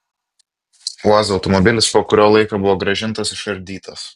uaz automobilis po kurio laiko buvo grąžintas išardytas